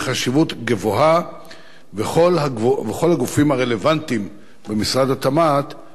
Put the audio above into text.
וכל הגופים הרלוונטיים במשרד התמ"ת הונחו ויפעלו בהתאם.